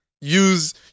use